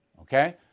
Okay